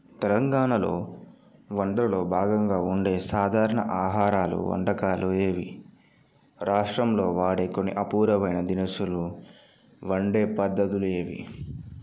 తెలంగాణలో వంటలో భాగంగా వండే సాధారణ ఆహారాలు వంటకాలు ఏవి రాష్ట్రంలో వాడే కొన్ని అపూర్వమైన దినుసులు వండే పద్ధతులు ఏవి